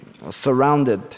surrounded